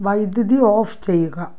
വൈദ്യുതി ഓഫ് ചെയ്യുക